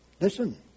Listen